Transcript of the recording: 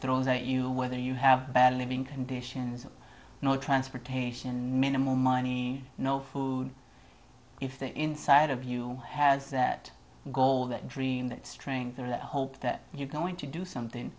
throws at you whether you have bad living conditions no transportation minimal my knee no food if the inside of you has that goal that dream that strength or that hope that you're going to do something